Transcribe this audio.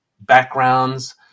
Backgrounds